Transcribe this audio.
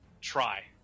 Try